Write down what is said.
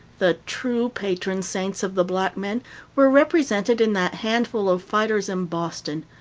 the true patron saints of the black men were represented in that handful of fighters in boston,